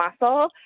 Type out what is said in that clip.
muscle